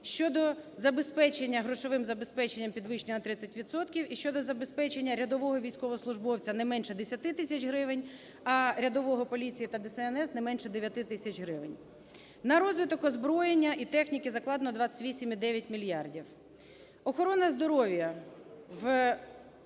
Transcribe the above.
щодо забезпечення грошовим забезпеченням підвищення на 30 відсотків і щодо забезпечення рядового військовослужбовця не менше 10 тисяч гривень, а рядового поліції та ДСНС - не менше 9 тисяч гривень. На розвиток озброєння і техніки закладено 28,9 мільярдів.